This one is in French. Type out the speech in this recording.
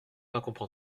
comprendre